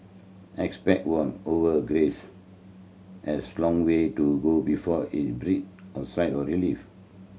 expert warn over Greece has long way to go before it breathe a sigh of relief